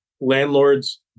Landlords